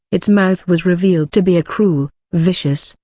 its mouth was revealed to be a cruel, vicious,